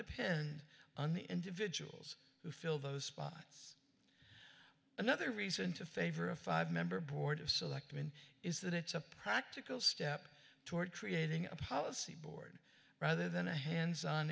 depend on the individuals who fill those spots another reason to favor a five member board of selectmen is that it's a practical step toward creating a policy board rather than a hands on